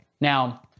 Now